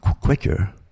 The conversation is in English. quicker